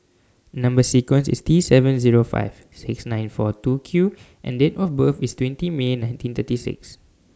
Number sequence IS T seven Zero five six nine four two Q and Date of birth IS twenty May nineteen thirty six